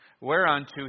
whereunto